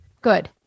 Good